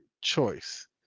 choice